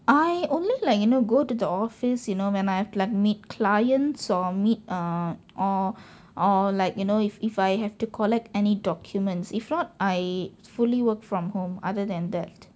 I only like you know go to the office you know when I have to like meet clients or meet err or or like you know if if I have to collect any documents if not I fully work from home other than that